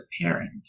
parent